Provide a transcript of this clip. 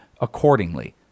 accordingly